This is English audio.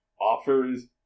offers